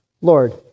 Lord